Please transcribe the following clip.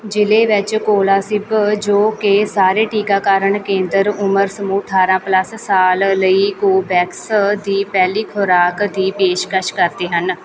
ਜ਼ਿਲ੍ਹੇ ਵਿੱਚ ਕੋਲਾਸਿਬ ਜੋ ਕਿ ਸਾਰੇ ਟੀਕਾਕਰਨ ਕੇਂਦਰ ਉਮਰ ਸਮੂਹ ਅਠਾਰ੍ਹਾਂ ਪਲੱਸ ਸਾਲ ਲਈ ਕੋਵੈਕਸ ਦੇ ਪਹਿਲੀ ਖੁਰਾਕ ਦੀ ਪੇਸ਼ਕਸ਼ ਕਰਦੇ ਹਨ